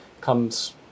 comes